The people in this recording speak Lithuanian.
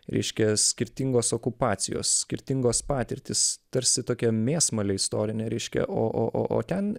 reiškia skirtingos okupacijos skirtingos patirtys tarsi tokia mėsmalė istorinė reiškia o o o ten